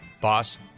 boss